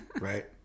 Right